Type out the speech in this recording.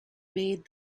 bade